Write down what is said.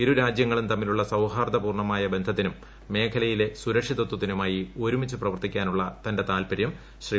ഇരുരാജ്യങ്ങളും തമ്മിലുള്ള സൌഹാർദ പൂർണമായ ബന്ധത്തിനും മേഖലയിലെ സുരക്ഷിതത്വത്തിനുമായി ഒരുമിച്ച് പ്രവർത്തിക്കാനുള്ള തന്റെ താല്പര്യം ശ്രീ